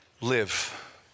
live